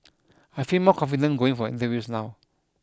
I feel more confident going for interviews now